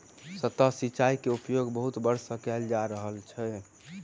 सतह सिचाई के उपयोग बहुत वर्ष सँ कयल जा रहल अछि